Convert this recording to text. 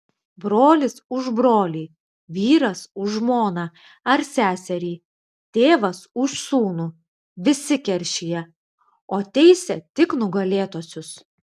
brolis už brolį vyras už žmoną ar seserį tėvas už sūnų visi keršija o teisia tik nugalėtuosius